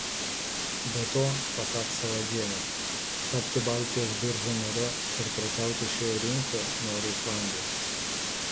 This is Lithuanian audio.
be to pasak saladžienės tapti baltijos biržų nare ir prekiauti šioje rinkoje nori islandija